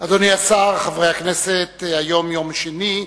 אדוני השר, חברי הכנסת, היום יום שני,